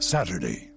Saturday